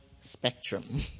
spectrum